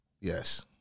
Yes